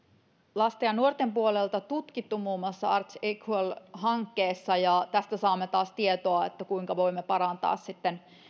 lasten ja nuorten puolelta tutkittu muun muassa artsequal hankkeessa ja tästä saamme taas tietoa kuinka voimme parantaa sitten